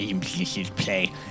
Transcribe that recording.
play